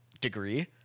degree